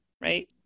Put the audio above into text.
right